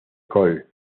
col